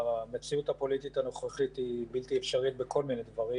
המציאות הפוליטית הנוכחית היא בלתי אפשרית בכל מיני דברים